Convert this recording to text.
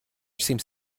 seemed